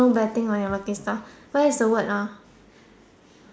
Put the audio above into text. no betting on your lucky star where is the word ah